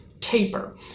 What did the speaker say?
taper